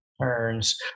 Turns